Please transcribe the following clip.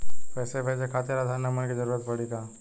पैसे भेजे खातिर आधार नंबर के जरूरत पड़ी का?